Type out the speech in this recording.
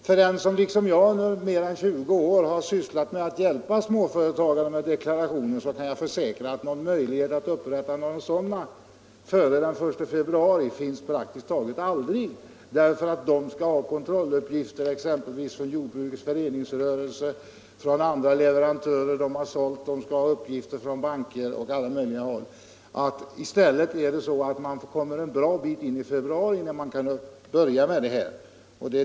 Jag som i mer än 20 år har sysslat med att hjälpa småföretagare med deklarationer kan försäkra att de praktiskt taget aldrig har möjlighet att upprätta självdeklaration före den 1 februari — de skall själva ha kontrolluppgifter, exempelvis från jordbrukets föreningsrörelse och från andra leverantörer, uppgifter från banker osv. Man kommer därför en bra bit in i februari innan man kan börja med detta arbete.